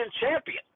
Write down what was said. champion